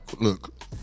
look